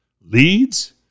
leads